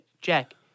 Jack